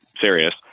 serious